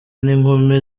n’inkumi